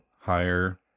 higher